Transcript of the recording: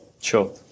Sure